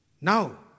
Now